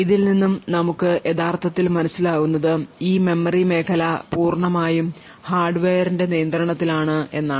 ഇതിൽ നിന്ന് നമുക്ക് യഥാർത്ഥത്തിൽ മനസിലാവുന്നത് ഈ മെമ്മറി മേഖല പൂർണ്ണമായും ഹാർഡ്വെയറിന്റെ നിയന്ത്രണത്തിലാണ് എന്നാണ്